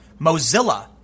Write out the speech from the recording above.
Mozilla